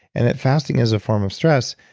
and that fasting is a form of stress.